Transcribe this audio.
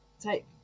take